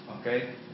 Okay